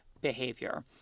behavior